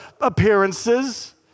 appearances